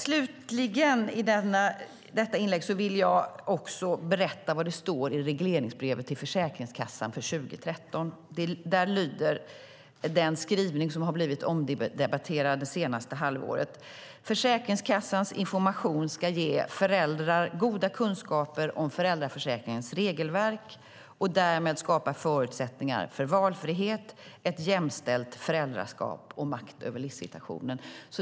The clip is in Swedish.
Slutligen vill jag i detta inlägg också berätta vad det står i regleringsbrevet för Försäkringskassan för 2013. Den skrivning som har blivit omdebatterad det senaste halvåret lyder: "Försäkringskassans information ska ge föräldrar goda kunskaper om föräldraförsäkringens regelverk och därmed skapa förutsättningar för valfrihet, ett jämställt föräldraskap och makt över livssituationen."